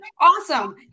Awesome